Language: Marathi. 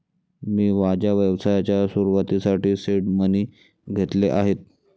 मी माझ्या व्यवसायाच्या सुरुवातीसाठी सीड मनी घेतले आहेत